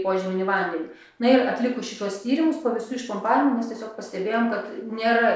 požeminį vandenį na ir atlikus šituos tyrimus po visų išpompavimų mes tiesiog pastebėjom kad nėra